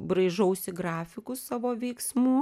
braižausi grafikus savo veiksmų